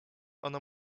ona